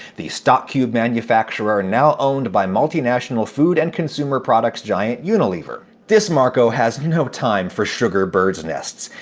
the stock cube manufacturer now owned by multinational food and consumer products giant unilever. this marco has no time for sugar bird's nests.